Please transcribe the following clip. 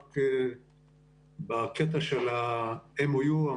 רק בקטע של ה-MOU,